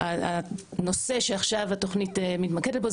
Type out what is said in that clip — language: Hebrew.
הנושא שעכשיו התוכנית מתמקדת בו,